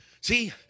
See